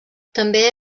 també